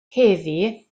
heddiw